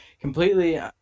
completely